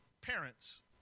parents